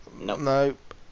Nope